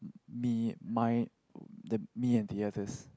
me my the me and the others